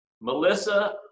Melissa